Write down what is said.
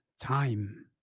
time